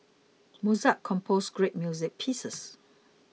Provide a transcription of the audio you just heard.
Mozart composed great music pieces